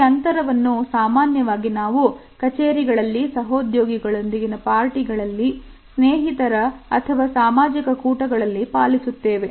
ಈ ಅಂತರವನ್ನು ಸಾಮಾನ್ಯವಾಗಿ ನಾವು ಕಚೇರಿಗಳಲ್ಲಿ ಸಹೋದ್ಯೋಗಿಗಳೊಂದಿಗೆ ನ ಪಾರ್ಟಿಗಳಲ್ಲಿ ಸ್ನೇಹಿತರ ಅಥವಾ ಸಾಮಾಜಿಕ ಕೂಟಗಳಲ್ಲಿ ಪಾಲಿಸಲಾಗುತ್ತದೆ